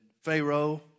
Pharaoh